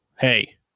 hey